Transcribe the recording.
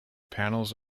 panels